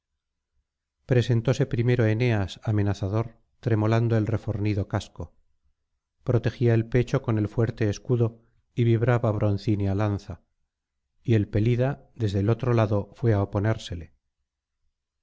presentóse primero eneas amenazador tremolando el refornido casco protegía el pecho con el fuerte escudo y vibraba broncínea lanza y el pelida desde el otro lado fué á oponérsele